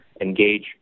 engage